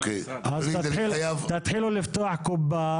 אז תתחילו לפתוח קופה,